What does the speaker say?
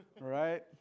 right